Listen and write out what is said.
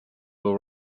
will